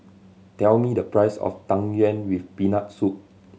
tell me the price of Tang Yuen with Peanut Soup